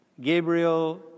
Gabriel